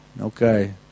Okay